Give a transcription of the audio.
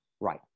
Right